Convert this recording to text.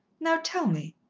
now tell me?